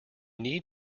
need